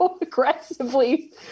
aggressively